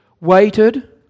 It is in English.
waited